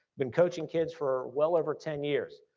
been coaching kids for well over ten years.